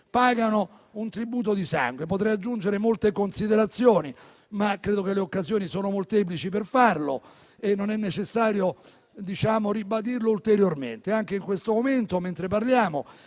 pagano un tributo di sangue; potrei aggiungere molte considerazioni, ma credo che le occasioni per farlo siano molteplici e non è necessario ribadirlo ulteriormente. Anche in questo momento, mentre parliamo,